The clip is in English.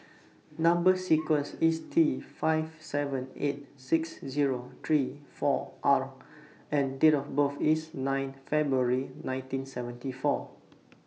Number sequence IS T five seven eight six Zero three four R and Date of birth IS nine February nineteen seventy four